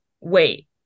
wait